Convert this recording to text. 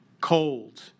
cold